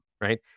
right